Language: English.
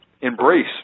embrace